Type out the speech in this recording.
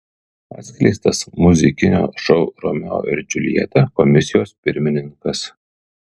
atskleistas muzikinio šou romeo ir džiuljeta komisijos pirmininkas